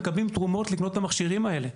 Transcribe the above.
מקבלים תרומות לקנות את המכשירים האלה.